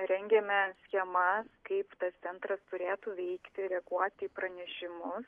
rengiame schemas kaip tas centras turėtų veikti reaguoti į pranešimus